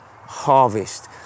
harvest